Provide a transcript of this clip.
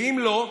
ואם לא,